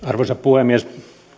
arvoisa puhemies